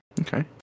Okay